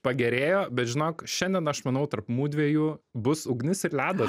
pagerėjo bet žinok šiandien aš manau tarp mudviejų bus ugnis ir leda